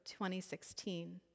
2016